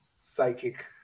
psychic